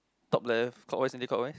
top left clockwise anticlockwise